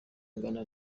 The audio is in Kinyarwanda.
ingana